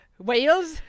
Wales